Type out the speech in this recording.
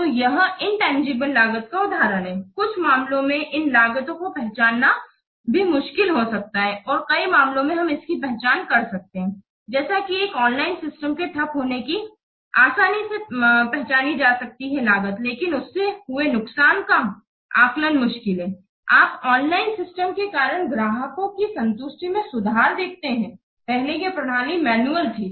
तो यह इनतंजीबले लागत का उदहारण है कुछ मामलों में इन लागतों को पहचानना भी मुश्किल हो सकता है और कई मामलों में हम इसकी पहचान कर सकते हैं जैसे कि एक ऑनलाइन सिस्टम के ठप्प होने की आसानी से पहचानी जा सकती है लेकिन उससे हुए नुकसान का आकलन मुश्किल है आप ऑनलाइन सिस्टम के कारण ग्राहकों की संतुष्टि में सुधार देखते हैं पहले यह प्रणाली मैनुअल थी